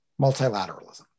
multilateralism